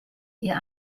ihr